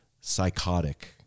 Psychotic